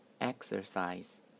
Exercise